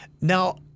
now